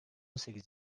sekiz